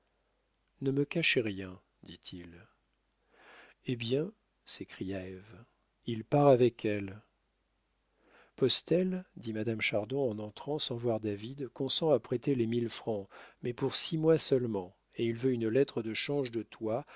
ne me cachez rien dit-il eh bien s'écria ève il part avec elle postel dit madame chardon en entrant sans voir david consent à prêter les mille francs mais pour six mois seulement et il veut une lettre de change de toi